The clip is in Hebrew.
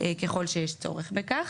ככל שיש צורך בכך.